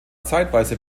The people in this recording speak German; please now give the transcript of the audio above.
zeitweise